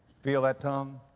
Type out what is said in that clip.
feel that tongue,